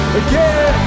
again